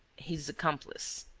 his accomplice.